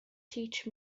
teach